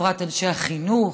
לטובת אנשי החינוך,